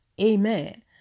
Amen